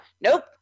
Nope